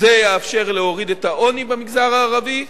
זה יאפשר להוריד את העוני במגזר הערבי,